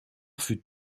fut